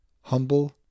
humble